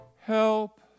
Help